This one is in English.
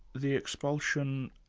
the expulsion,